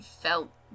felt